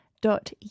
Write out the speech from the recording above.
dot